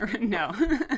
no